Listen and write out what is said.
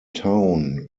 town